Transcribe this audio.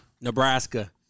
Nebraska